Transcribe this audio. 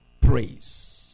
praise